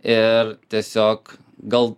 ir tiesiog gal